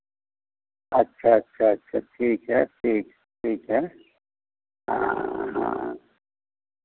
अच्छा अच्छा अच्छा ठीक है ठीक ठीक है हाँ हाँ